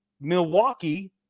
Milwaukee